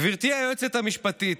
גברתי היועצת המשפטית,